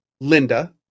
Linda